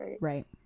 right